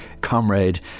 comrade